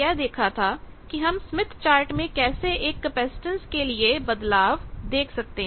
तो पिछली बार हमने यह देखा था कि हम स्मिथ चार्ट में कैसे एक कैपेसिटेंस के लिए बदलाव देख सकते हैं